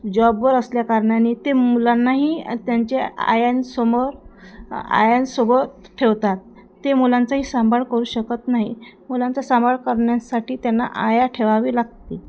जॉबवर असल्याकारणाने ते मुलांनाही त्यांच्या आयांसमोर आयांसोबत ठेवतात ते मुलांचाही सांभाळ करू शकत नाही मुलांचा सांभाळ करण्यासाठी त्यांना आया ठेवावी लागते